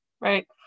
right